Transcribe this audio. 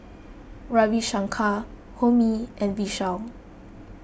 Ravi Shankar Homi and Vishal